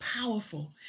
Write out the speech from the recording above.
powerful